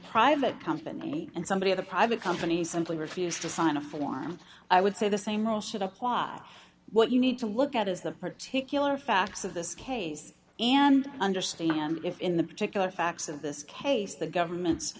private company and somebody of the private company simply refused to sign a form i would say the same rule should apply what you need to look at is the particular facts of this case and understand if in the particular facts of this case the government